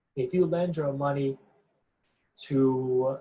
if you lend your money to